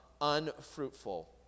unfruitful